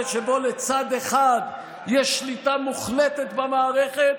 ושבו לצד אחד יש שליטה מוחלטת במערכת